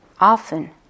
Often